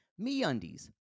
MeUndies